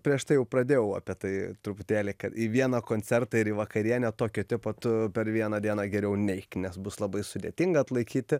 prieš tai jau pradėjau apie tai truputėlį į vieną koncertą ir į vakarienę tokio tipo tu per vieną dieną geriau neik nes bus labai sudėtinga atlaikyti